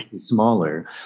smaller